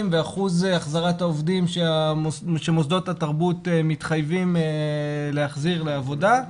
ואחוז החזרת העובדים שמוסדות התרבות מתחייבים להחזיר לעבודה.